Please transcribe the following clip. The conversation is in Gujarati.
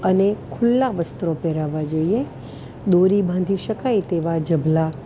અને ખુલ્લા વસ્ત્રો પહેરાવવાં જોઈએ દોરી બાંધી શકાય તેવાં ઝબલા